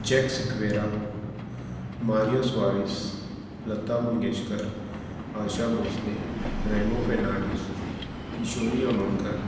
jack Sequeira Maria Soares Lata Mangeshkar Asha Bhosle Remo Fernandes Kishori Amonkar